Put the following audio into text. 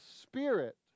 Spirit